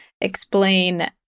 explain